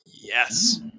Yes